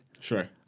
Sure